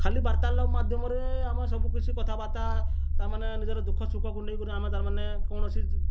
ଖାଲି ବାର୍ତ୍ତା ମାଧ୍ୟମରେ ଆମେ ସବୁକିଛି କଥାବାର୍ତ୍ତା ତା'ମାନେ ନିଜର ଦୁଃଖ ସୁଖକୁ ନେଇ କରି ଆମେ ତା'ମାନେ କୌଣସି